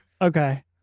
Okay